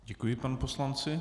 Děkuji panu poslanci.